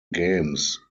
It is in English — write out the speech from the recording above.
games